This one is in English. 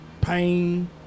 pain